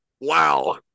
wow